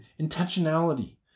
intentionality